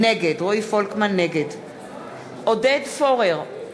נגד עודד פורר,